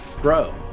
grow